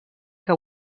que